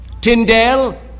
Tyndale